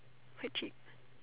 quite cheap